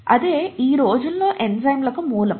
అదే ఈ రోజుల్లో ఎంజైమ్లకు మూలం